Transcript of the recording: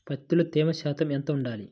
పత్తిలో తేమ శాతం ఎంత ఉండాలి?